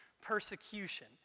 persecution